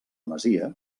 masia